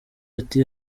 ati